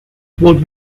what